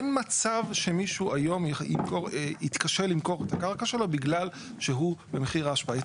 אין מצב שמישהו היום יתקשה למכור את הקרקע שלו בגלל שהוא במחיר ההשבחה.